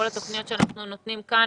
כל התוכניות שאנחנו נותנים כאן,